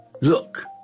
Look